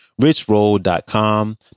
richroll.com